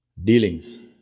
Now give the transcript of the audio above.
Dealings